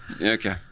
okay